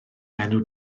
enw